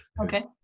Okay